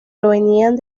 provenían